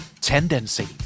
Tendency